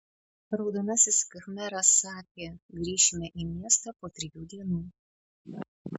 raudonasis khmeras sakė grįšime į miestą po trijų dienų